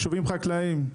יישובים חקלאיים.